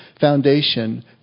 foundation